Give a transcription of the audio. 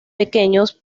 pequeños